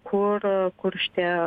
kur kur šitie